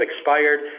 expired